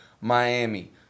Miami